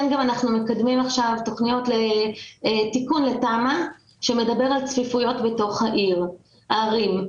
אנחנו מקדמים עכשיו תיקון לתמ"א שמדבר על צפיפויות בתוך הערים.